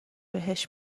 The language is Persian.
بهش